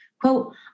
Quote